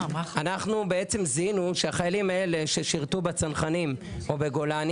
אנחנו בעצם זיהינו שהחיילים האלה ששירתו בצנחנים או בגולני,